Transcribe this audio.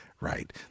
right